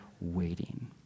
waiting